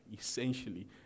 Essentially